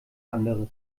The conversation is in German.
anderes